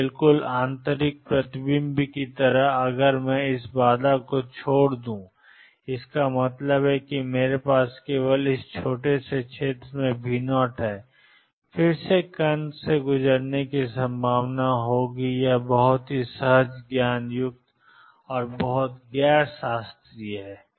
तो बिलकुल आंतरिक प्रतिबिंब की तरह अगर मैं इस बाधा को छोटा कर दूं इसका मतलब है कि मेरे पास केवल इस छोटे से क्षेत्र में V0 है फिर से कण के गुजरने की संभावना होगी यह बहुत ही सहज ज्ञान युक्त बहुत गैर शास्त्रीय है